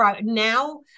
Now